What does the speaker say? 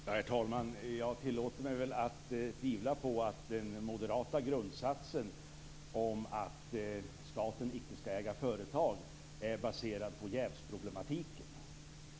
Herr talman! Jag tillåter mig att tvivla på att den moderata grundsatsen om att staten icke skall äga företag är baserad på jävsproblemen.